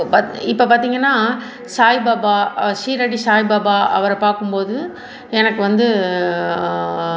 இப் இப்போ பார்த்திங்கனா சாய் பாபா சீரடி சாய் பாபா அவரை பார்க்கும்போது எனக்கு வந்து